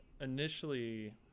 initially